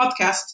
podcast